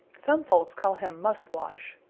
some folks call him musquash,